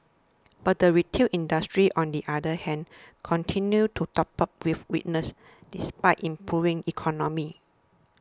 but the retail industry on the other hand continues to grapple with weakness despite improving economy